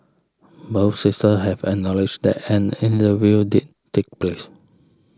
both sisters have acknowledged that an interview did take place